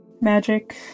magic